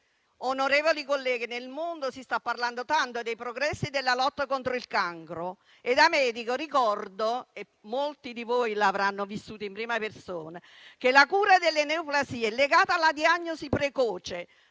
Onorevoli colleghi, nel mondo si sta parlando tanto dei progressi della lotta contro il cancro. Da medico ricordo, e molti di voi lo avranno vissuto in prima persona, che la cura delle neoplasie è legata alla diagnosi precoce,